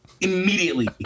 Immediately